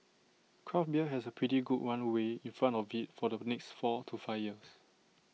craft beer has A pretty good runway in front of IT for the next four to five years